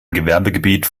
gewerbegebiet